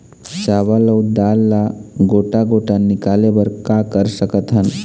चावल अऊ दाल ला गोटा गोटा निकाले बर का कर सकथन?